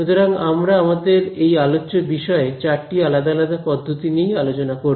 সুতরাং আমরা আমাদের এই আলোচ্য বিষয় এ চারটি আলাদা আলাদা পদ্ধতি নিয়েই আলোচনা করব